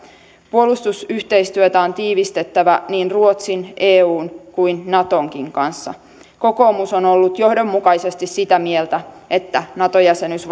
puolustusyhteistyötä on tiivistettävä niin ruotsin eun kuin natonkin kanssa kokoomus on ollut johdonmukaisesti sitä mieltä että nato jäsenyys